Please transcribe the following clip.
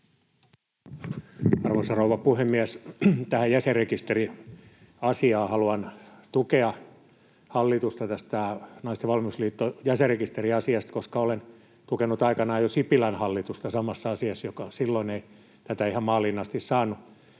Arvoisa rouva puhemies! Tähän jäsenrekisteriasiaan: Haluan tukea hallitusta tässä Naisten Valmiusliiton jäsenrekisteriasiassa, koska olen tukenut samassa asiassa aikanaan jo Sipilän hallitusta, joka silloin ei tätä ihan maaliin asti saanut.